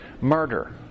murder